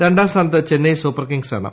രണ്ടാം സ്ഥാനത്ത് ചെന്നൈ സൂപ്പർ കിംഗ്സാണ്